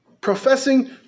Professing